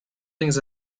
things